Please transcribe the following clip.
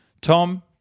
Tom